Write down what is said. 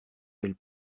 elle